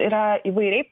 yra įvairiai